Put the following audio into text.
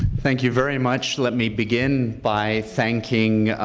thank you very much. let me begin by thanking